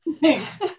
Thanks